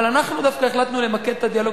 אבל אנחנו דווקא החלטנו למקד את הדיאלוג,